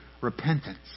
repentance